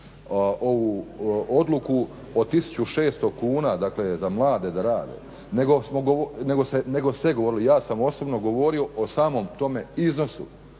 ovu odluku od 1600 kuna dakle za mlade da rade, nego se govorilo, ja samo osobno govorio o samom tome iznosu